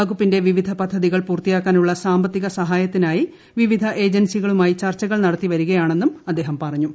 വകുപ്പിട്ടെട്ട പൂർത്തിയാക്കാൻ വിവിധ പദ്ധതികൾ പൂർത്തിയാക്കാനുള്ള സാമ്പത്തിക സഹ്യെത്തിനായി വിവിധ ഏജൻസി കളുമായി ചർച്ചകൾ നടത്തി വരികയാണെന്നും ്അദ്ദേഹ്ം പറഞ്ഞു